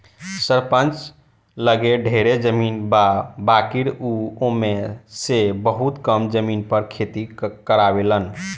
सरपंच लगे ढेरे जमीन बा बाकिर उ ओमे में से बहुते कम जमीन पर खेती करावेलन